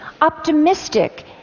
optimistic